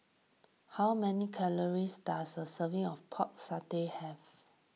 how many calories does a serving of Pork Satay have